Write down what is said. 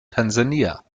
tansania